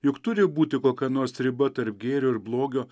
juk turi būti kokia nors riba tarp gėrio ir blogio